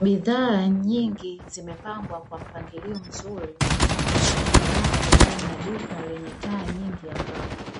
Bidhaa nyingi zimepangwa kwa mpangilio mzuri, katika rafu ndani ya duka lenye taa nyingi angavu,